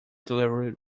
delivery